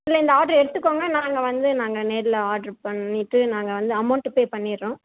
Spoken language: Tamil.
இல்லை இந்த ஆட்ரு எடுத்துக்கோங்க நாங்கள் வந்து நாங்கள் நேரில் ஆட்ரு பண்ணிவிட்டு நாங்கள் வந்து அமௌண்ட்டு பே பண்ணிடுறோம்